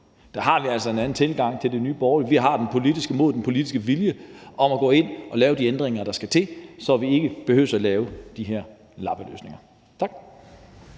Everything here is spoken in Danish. Der har vi altså en anden tilgang til det i Nye Borgerlige, vi har det politiske mod, den politiske vilje til at gå ind at lave de ændringer, der skal til, så vi ikke behøver at lave de her lappeløsninger. Tak.